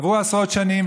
עברו עשרות שנים,